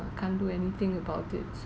I can't do anything about it so